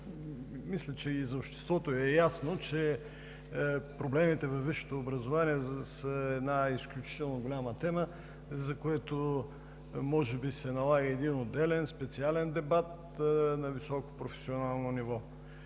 Мисля, че и за обществото е ясно, че проблемите във висшето образование са една изключително голяма тема, за което може би се налага един отделен, специален дебат на високо професионално ниво.